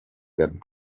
werden